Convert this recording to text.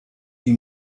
die